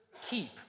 keep